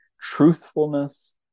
truthfulness